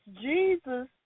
Jesus